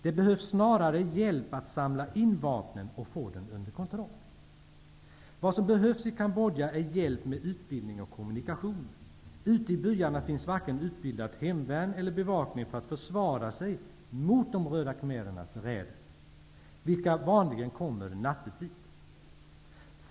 Det behövs snarare hjälp att samla in vapnen och få dem under kontroll. Vad som behövs i Kambodja är hjälp med utbildning och kommunikationer. Ute i byarna finns varken utbildat hemvärn eller bevakning för att försvara sig mot de röda khmerernas räder, vilka vanligen kommer nattetid.